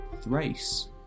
...Thrace